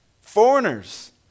Foreigners